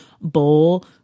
bowl